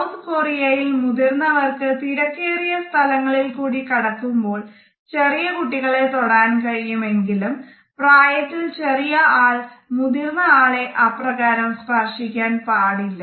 south കൊറിയയിൽ മുതിർന്നവർക്ക് തിരക്കേറിയ സ്ഥലങ്ങളിൽകൂടി കടക്കുമ്പോൾ ചെറിയ കുട്ടികളെ തൊടാൻ കഴിയും എങ്കിലും പ്രായത്തിൽ ചെറിയ ആൾ മുതിർന്ന ആളെ അപ്രകാരം സ്പർശിക്കാൻ പാടില്ല